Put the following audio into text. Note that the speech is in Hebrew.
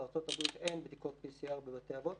בארצות הברית אין בדיקות PCR בבתי האבות.